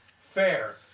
Fair